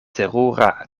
terura